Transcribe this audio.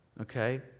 Okay